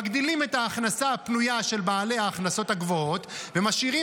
מגדילים את ההכנסה הפנויה של בעלי ההכנסות הגבוהות ומשאירים